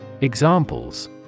Examples